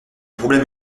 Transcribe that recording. problème